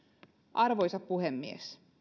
arvoisa puhemies